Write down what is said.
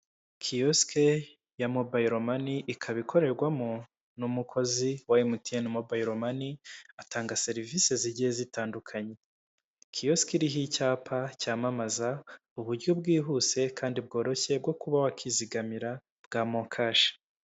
Kiyosiki ya Mobile Money, ikaba ikorerwamo n'umukozi wa MTN Mobile Money, atanga serivisi zigiye zitandukanye, kiyosike iriho icyapa cyamamaza uburyo bwihuse kandi bworoshye bwo kuba wakwizigamira bwa Mo Cash.